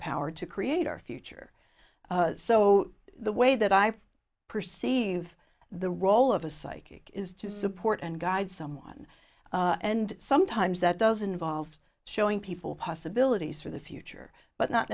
power to create our future so the way that i perceive the role of a psychic is to support and guide someone and sometimes that doesn't involve showing people possibilities for the future but not